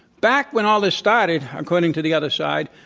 back when all this started, according to the other side,